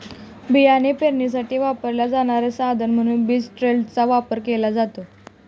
बियाणे पेरणीसाठी वापरले जाणारे साधन म्हणून बीज ड्रिलचा वापर केला जातो